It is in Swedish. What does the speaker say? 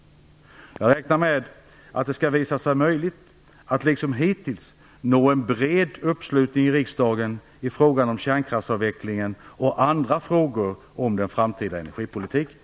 Jag räknar med att det skall visa sig möjligt att, liksom hittills, nå en bred uppslutning i riksdagen i frågan om kärnkraftsavvecklingen och andra frågor om den framtida energipolitiken.